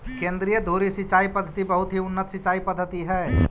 केन्द्रीय धुरी सिंचाई पद्धति बहुत ही उन्नत सिंचाई पद्धति हइ